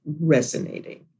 resonating